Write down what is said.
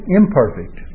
imperfect